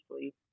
sleep